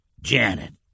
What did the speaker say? Janet